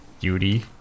beauty